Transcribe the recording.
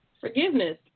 Forgiveness